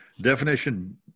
Definition